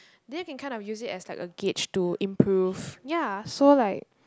then you can kind of use it as like a gauge to improve ya so like